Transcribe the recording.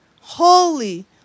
holy